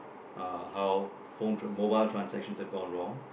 uh how phone mobile transaction have gone wrong